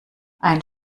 ein